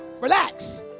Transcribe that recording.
Relax